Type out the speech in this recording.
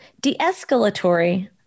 de-escalatory